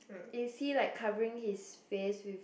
is he like covering his face with